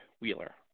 Wheeler